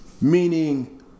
meaning